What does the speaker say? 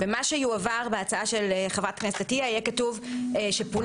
במה שיועבר בהצעה של חברת הכנסת עטיה יהיה כתוב שפונה